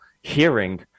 hearing